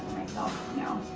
myself now.